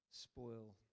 spoil